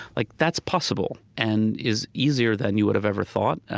like, that's possible and is easier than you would have ever thought.